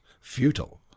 Futile